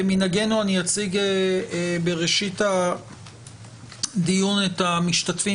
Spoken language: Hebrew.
כמנהגנו אני אציג בראשית הדיון את המשתתפים